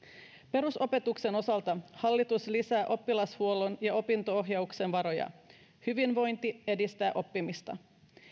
perusopetuksen osalta hallitus lisää oppilashuollon ja opinto ohjauksen varoja hyvinvointi edistää oppimista